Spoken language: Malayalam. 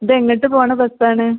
ഇതെങ്ങട്ട് പോകണ ബെസ്സാണ്